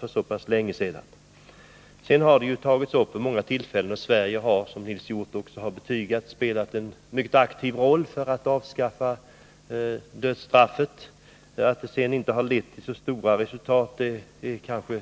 Sedan dess har frågan om dödsstraffet tagits upp vid många tillfällen, och Sverige har, som också Nils Hjorth har betygat, spelat en mycket aktiv roll för att avskaffa dödsstraffet. Att det sedan inte har lett tillså stora resultat är kanske